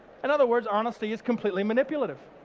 in other words, honesty is completely manipulative.